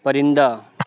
پرندہ